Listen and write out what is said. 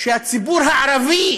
שהציבור הערבי